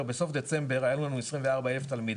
בוא נגיד שבסוף דצמבר, היה לנו 24 אלף תלמידים,